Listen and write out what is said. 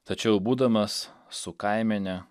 tačiau būdamas su kaimene